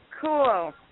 Cool